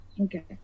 Okay